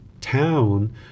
town